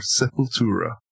Sepultura